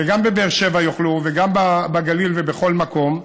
וגם בבאר שבע יוכלו, גם בגליל ובכל מקום,